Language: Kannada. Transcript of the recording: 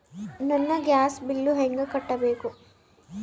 ನನ್ನ ಗ್ಯಾಸ್ ಬಿಲ್ಲು ಹೆಂಗ ಕಟ್ಟಬೇಕು?